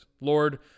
Lord